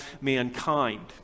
mankind